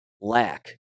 lack